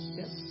yes